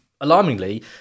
alarmingly